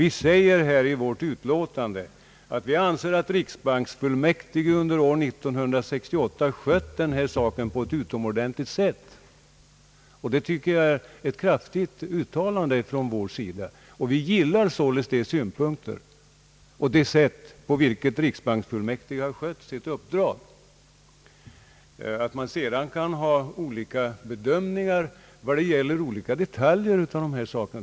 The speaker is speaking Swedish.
Vi säger i vårt utlåtande att vi anser att riksbanksfullmäktige under 1968 handlagt sin uppgift på ett utomordentligt sätt, och det tycker jag är ett kraftigt uttalande. Utskottet gillar således det sätt på vilket riksbanksfullmäktige har skött sitt uppdrag. Att man sedan kan ha olika bedömningar i fråga om detaljer är ganska naturligt.